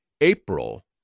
April